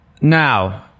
Now